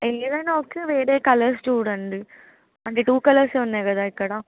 ఏదైనా ఓకే వేరే కలర్స్ చూడండి అంటే టూ కలర్సే ఉన్నాయి కదా ఇక్కడ